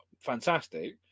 fantastic